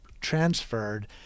transferred